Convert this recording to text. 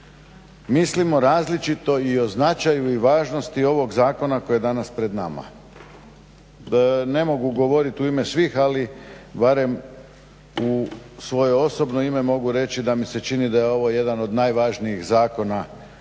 mislimo različito i o značaju i važnosti ovog zakona koji je danas pred nama. Ne mogu govoriti u ime svih ali barem u svoje osobno ime mogu reći da mi se čini da je ovo jedan od najvažnijih zakona